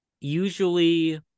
Usually